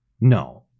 No